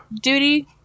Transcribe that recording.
duty